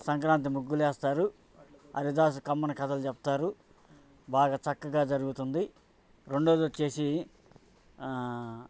సంక్రాంతి ముగ్గులు వేస్తారు హరిదాసు కమ్మని కథలు చెప్తారు బాగా చక్కగా జరుగుతుంది రెండవది వచ్చి